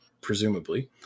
presumably